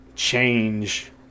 change